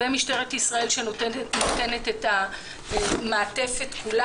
כמובן משטרת ישראל שנותנת את המעטפת כולה.